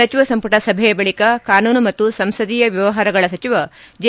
ಸಚಿವ ಸಂಪುಟ ಸಭೆಯ ಬಳಿಕ ಕಾನೂನು ಮತ್ತು ಸಂಸದೀಯ ವ್ಲವಹಾರಗಳ ಸಚಿವ ಜೆ